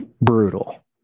brutal